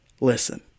Listen